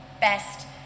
best